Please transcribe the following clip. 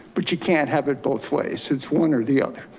but you can't have it both ways. it's one or the other.